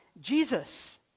Jesus